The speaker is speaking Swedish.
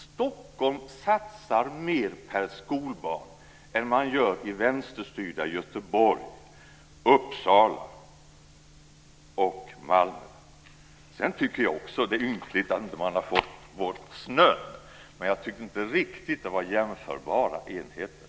Stockholm satsar mer per skolbarn än vad man gör i vänsterstyrda Jag tycker också att det är ynkligt att man inte fick bort snön, men jag tycker inte riktigt att det är jämförbara enheter.